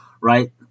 right